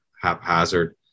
haphazard